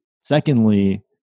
Secondly